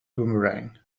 boomerang